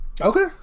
Okay